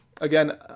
Again